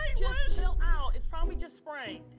ah just chill out. it's probably just sprained.